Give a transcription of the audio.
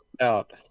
out